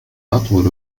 أطول